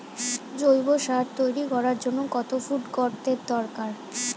জৈব সার তৈরি করার জন্য কত ফুট গর্তের দরকার?